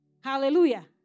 Hallelujah